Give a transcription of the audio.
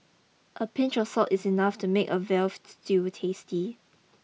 a pinch of salt is enough to make a veal stew tasty